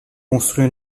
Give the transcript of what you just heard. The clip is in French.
construire